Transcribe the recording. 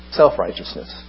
self-righteousness